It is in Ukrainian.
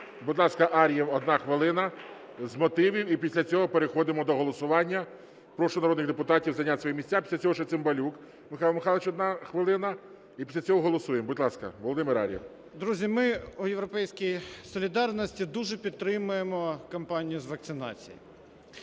Друзі, ми в "Європейській солідарності" дуже підтримуємо кампанію з вакцинації.